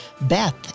Beth